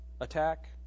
attack